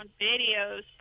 Videos